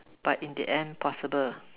but in the end possible